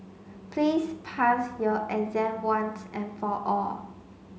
please pass your exam once and for all